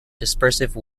dispersive